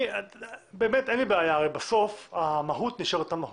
בסוף המהות נשארת אותה מהות.